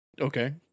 Okay